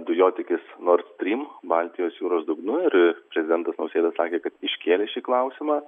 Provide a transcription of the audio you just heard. dujotiekis nord stream baltijos jūros dugnu ir prezidentas nausėda sakė kad iškėlė šį klausimą